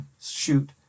shoot